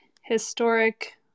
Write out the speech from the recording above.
historic